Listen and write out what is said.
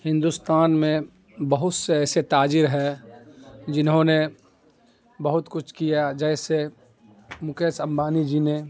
ہندوستان میں بہت سے ایسے تاجر ہیں جنہوں نے بہت کچھ کیا جیسے مکیش امبانی جی نے